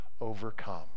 overcome